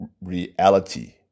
reality